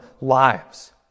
lives